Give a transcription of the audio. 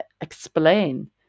explain